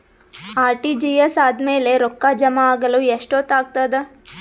RTGS ಆದ್ಮೇಲೆ ರೊಕ್ಕ ಜಮಾ ಆಗಲು ಎಷ್ಟೊತ್ ಆಗತದ?